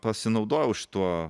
pasinaudojau šituo